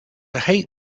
hate